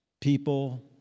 people